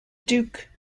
duke